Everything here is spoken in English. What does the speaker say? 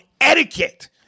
etiquette